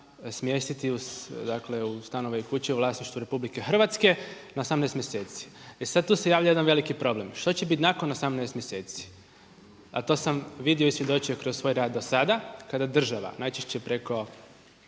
smjestiti u stanove i kuće u vlasništvu RH na 18 mjeseci. E sad, tu se javlja jedan veliki problem što će biti nakon 18 mjeseci a to sam vidio i svjedočio kroz svoj rad dosada kada država najčešće preko